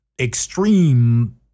extreme